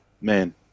man